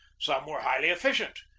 some were highly efficient,